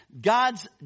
God's